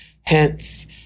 hence